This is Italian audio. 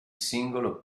singolo